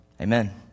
amen